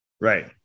Right